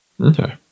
okay